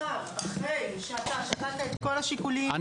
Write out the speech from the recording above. אחרי שאתה שקלת את כל השיקולים,